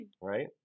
Right